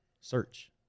search